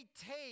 take